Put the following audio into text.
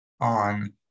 on